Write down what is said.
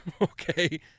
okay